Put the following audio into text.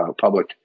public